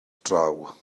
draw